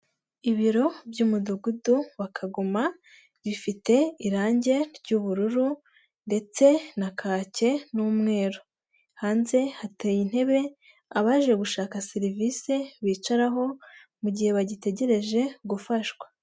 Ibiro by'umudugudu wa Kagoma bifite irangi ry'ubururu ndetse na kake n'umweru, hanze hateye intebe abaje gushaka serivisi bicaraho mu gihe bagitegereje gufashwa.